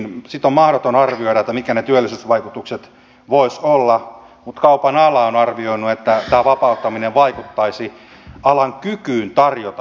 sitä on mahdotonta arvioida mitkä ne työllisyysvaikutukset voisivat olla mutta kaupan ala on arvioinut että tämä vapauttaminen vaikuttaisi alan kykyyn tarjota työtunteja